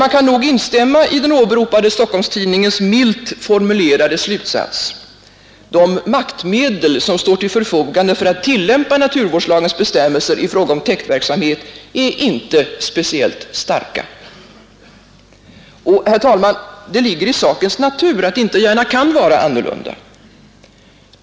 Man kan nog instämma i den åberopade Stockholmstidningens milt formulerade slutsats: De medel som står till förfogande för att tillämpa naturvårdslagens bestämmelser i fråga om täktverksamhet är inte speciellt starka. Och, herr talman, det ligger i sakens natur att det inte gärna kan vara annorlunda.